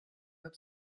york